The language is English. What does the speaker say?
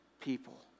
people